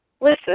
Listen